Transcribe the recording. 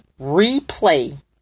replay